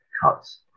cuts